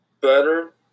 Better